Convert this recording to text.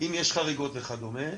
אם יש חריגות וכדומה,